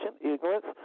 ignorance